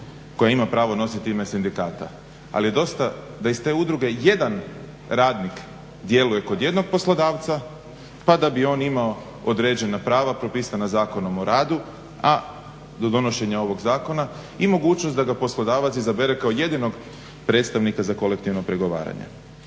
koja ima pravo nositi ime sindikata. Ali je dosta da iz te udruge jedan radnik djeluje kod jednog poslodavca pa da bi on imao određena prava propisana Zakonom o radu, a do donošenja ovog zakona i mogućnost da ga poslodavac izabere kao jedinog predstavnika za kolektivno pregovaranje.